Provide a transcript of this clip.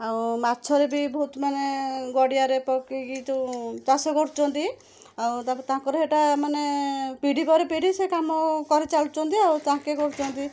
ଆଉ ମାଛରେ ବି ବହୁତ ମାନେ ଗଡ଼ିଆରେ ପକେଇକି ଯେଉଁ ଚାଷ କରୁଛନ୍ତି ଆଉ ତାପରେ ତାଙ୍କର ହେଟା ମାନେ ପିଢ଼ି ପରେ ପିଢ଼ି ସେ କାମ କରି ଚାଲୁଛନ୍ତି ଆଉ ତାଙ୍କେ କରୁଛନ୍ତି